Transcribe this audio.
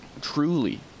Truly